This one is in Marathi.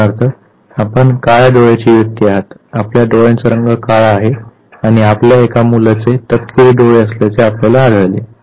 उदाहरणार्थ आपण काळ्या डोळ्याची व्यक्ती आहात आपल्या डोळ्याचा रंग काळा आहे आणि आपल्या एका मुलाचे तपकिरी डोळे असल्याचे आपल्याला आढळले